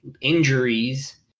injuries